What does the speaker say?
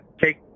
take